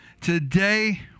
Today